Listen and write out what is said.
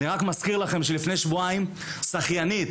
אני מזכיר לכם שלפני שבועיים שחיינית